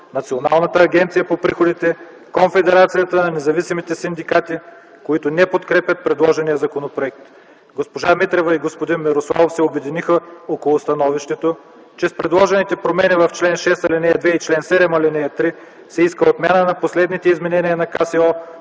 Национална агенция по приходите и Конфедерация на независимите синдикати, които не подкрепят предложения законопроект. Госпожа Митрева и господин Мирославов се обединиха около становището, че с предложените промени в чл. 6, ал. 2 и чл. 7, ал. 3 се иска отмяна на последните изменения на КСО,